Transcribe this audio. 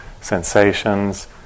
sensations